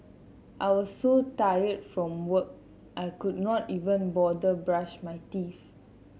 I was so tired from work I could not even bother brush my teeth